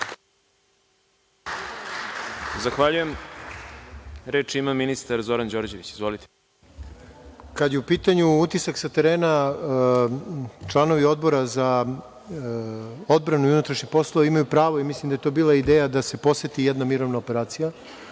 Zahvaljujem. Reč ima ministar Zoran Đorđević. Izvolite. **Zoran Đorđević** Kada je u pitanju utisak sa terena, članovi Odbora za odbranu i unutrašnje poslove imaju pravo i mislim da je to bila ideja da se poseti jedna mirovna operacija,